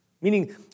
meaning